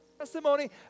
testimony